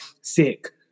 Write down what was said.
sick